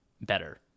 better